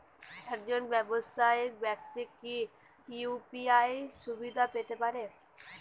একজন ব্যাবসায়িক ব্যাক্তি কি ইউ.পি.আই সুবিধা পেতে পারে?